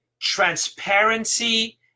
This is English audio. transparency